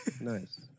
Nice